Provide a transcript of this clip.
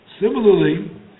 Similarly